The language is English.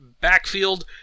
backfield